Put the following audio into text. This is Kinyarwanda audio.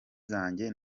zanjye